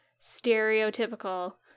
stereotypical